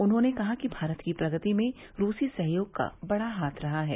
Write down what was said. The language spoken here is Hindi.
उन्होंने कहा कि भारत की प्रगति में रूसी सहयोग का बड़ा हाथ रहा है